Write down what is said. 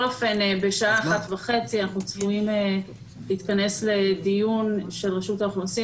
בשעה 13:30 אנחנו צפויים להתכנס לדיון של רשות האוכלוסין